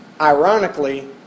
ironically